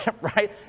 right